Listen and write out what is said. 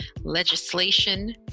legislation